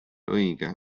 õige